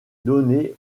donné